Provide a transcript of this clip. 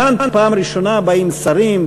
כאן פעם ראשונה באים שרים,